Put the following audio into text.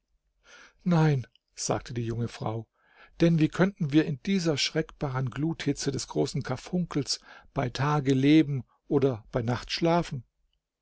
nein sagte die junge frau denn wie könnten wir in dieser schreckbaren gluthitze des großen karfunkels bei tage leben oder bei nacht schlafen